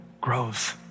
grows